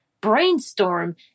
brainstorm